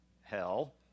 Hell